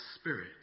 Spirit